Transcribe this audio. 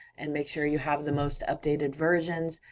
and make sure you have the most updated versions.